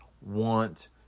want